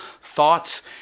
thoughts